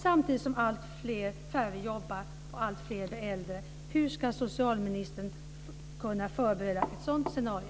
Samtidigt jobbar allt färre och alltfler blir äldre. Hur ska socialministern förbereda för ett sådant scenario?